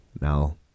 now